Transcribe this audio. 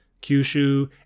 Kyushu